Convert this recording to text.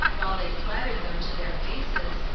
while they flattered them to their faces,